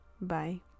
Bye